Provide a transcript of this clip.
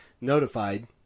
notified